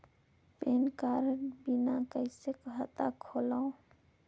Pan card बिना कइसे खाता खोलव?